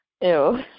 Ew